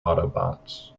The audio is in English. autobots